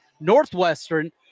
Northwestern